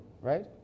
right